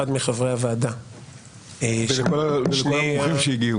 מחברי הוועדה -- ולכל המומחים שהגיעו.